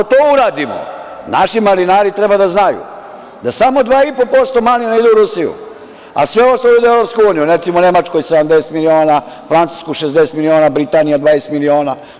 Ako, to uradimo naši malinari treba da znaju da samo 2,5% malina ide u Rusiju, a sve ostalo ide u Evropsku uniju, recimo Nemačkoj 70 miliona, Francuska 60 miliona, Britanija 20 miliona.